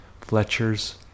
fletchers